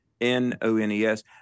N-O-N-E-S